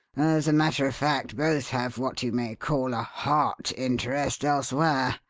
as a matter of fact, both have what you may call a heart interest elsewhere.